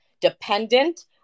dependent